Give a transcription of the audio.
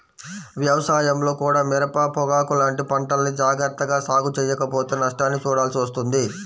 వ్యవసాయంలో కూడా మిరప, పొగాకు లాంటి పంటల్ని జాగర్తగా సాగు చెయ్యకపోతే నష్టాల్ని చూడాల్సి వస్తుంది